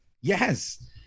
Yes